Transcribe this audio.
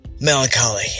melancholy